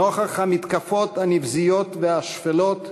נוכח המתקפות הנבזיות והשפלות,